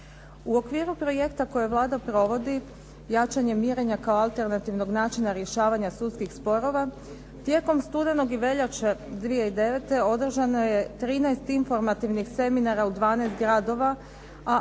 U okviru projekta koje Vlada provodi jačanja mirenja kao alternativnog načina rješavanja sudskih sporova tijekom studenog i veljače 2009. održano je 13 informativnih seminara u 12 gradova,